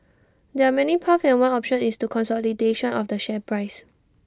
there're many paths and one option is consolidation of the share price